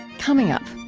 coming up,